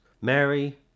Mary